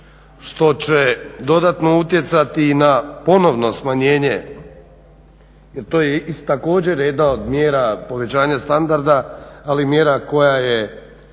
što će dodatno utjecati i na ponovno smanjenje jer to je i također jedna od mjera povećanja standarda, ali mjera koja je